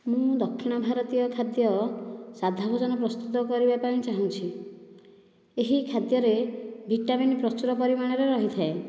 ମୁଁ ଦକ୍ଷିଣ ଭାରତୀୟ ଖାଦ୍ୟ ସାଧା ଭୋଜନ ପ୍ରସ୍ତୁତ କରିବାପାଇଁ ଚାହୁଁଛି ଏହି ଖାଦ୍ୟରେ ଭିଟାମିନ୍ ପ୍ରଚୁର ପରିମାଣରେ ରହିଥାଏ